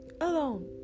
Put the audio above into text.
alone